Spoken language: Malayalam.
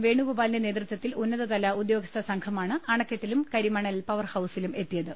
വേണു ഗോപാലിന്റെ നേതൃത്വത്തിൽ ഉന്നതതല ഉദ്യോഗസ്ഥ സംഘമാണ് അണക്കെട്ടിലും കരിമണൽ പവർഹൌസിലും എത്തിയത്